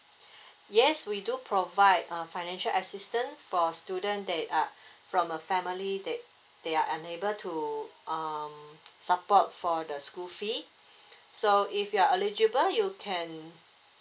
yes we do provide uh financial assistant for student that ah from a family that they are unable to um support for the school fee so if you are eligible you can